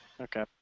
Okay